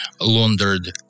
laundered